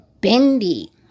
bendy